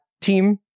team